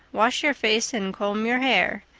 wash your face and comb your hair.